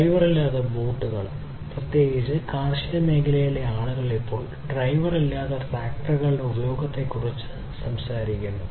ഡ്രൈവറില്ലാത്ത ബോട്ടുകളും പ്രത്യേകിച്ച് കാർഷിക മേഖലയിലെ ആളുകളും ഇപ്പോൾ ഡ്രൈവറില്ലാത്ത ട്രാക്ടറുകളുടെ ഉപയോഗത്തെക്കുറിച്ച് സംസാരിക്കുന്നു